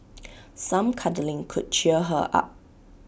some cuddling could cheer her up